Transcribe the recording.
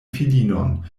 filinon